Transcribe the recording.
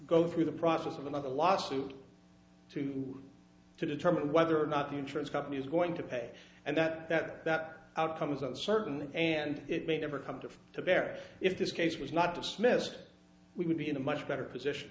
go through the process of another lawsuit to to determine whether or not the insurance company is going to pay and that that outcome is a certain and it may never come to bear if this case was not dismissed we would be in a much better position